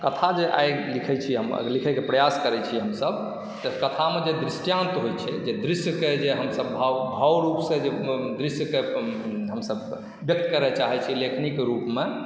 कथा जे आइ लिखै छी हमर लिखयके जे प्रयास करैत छी हमसभ जे कथामे दृष्टान्त होइत छै जे दृश्यके जे हमसभ भाव रूपसँ जे दृश्यके हमसभ व्यक्त करय चाहैत छी लेखनीके रूपमे